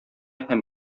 һәм